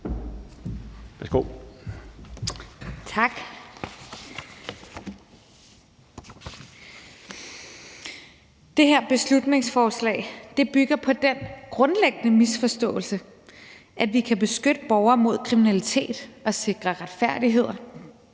(EL): Tak. Det her beslutningsforslag bygger på den grundlæggende misforståelse, at vi kan beskytte borgere mod kriminalitet og sikre retfærdighed